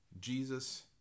Jesus